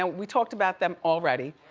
and we talked about them already.